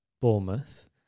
bournemouth